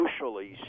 socially